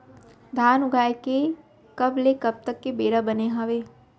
धान उगाए के कब ले कब तक के बेरा बने हावय?